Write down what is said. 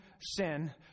sin